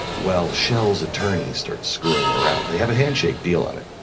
well, shell's attorney starts screwing around. they have a handshake deal on it,